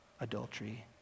Adultery